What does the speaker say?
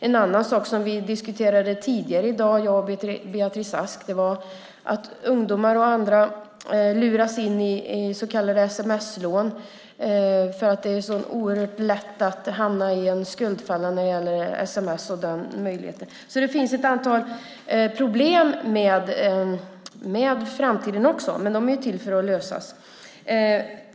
En annan sak som vi diskuterade tidigare i dag, jag och Beatrice Ask, är att ungdomar och andra luras in i så kallade sms-lån. Det är så oerhört lätt att hamna i en skuldfälla när det gäller sms och den möjligheten. Det finns alltså ett antal problem med framtiden också, men de är till för att lösas.